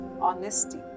honesty